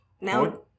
Now